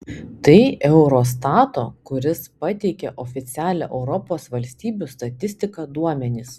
tai eurostato kuris pateikia oficialią europos valstybių statistiką duomenys